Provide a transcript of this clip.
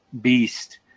beast